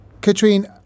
Katrine